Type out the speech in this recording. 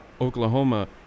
Oklahoma